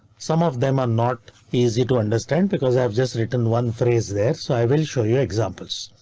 some of them are not easy to understand because i've just written one phrase there, so i will show you examples.